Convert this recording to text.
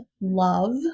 love